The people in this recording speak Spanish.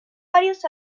varios